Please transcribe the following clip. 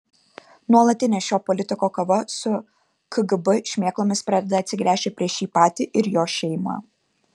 nuolatinė šio politiko kova su kgb šmėklomis pradeda atsigręžti prieš jį patį ir jo šeimą